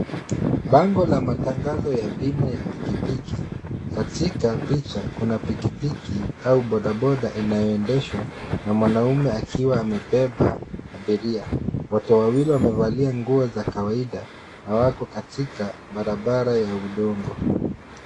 Bango la matangazo ya bima ya pikipiki. Katika picha kuna pikipiki au bodaboda inayoendeshwa na mwanaume akiwa amebeba abiria, wote wawili wamevalia nguo za kawaida na wako katika barabara ya udongo.